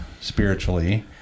spiritually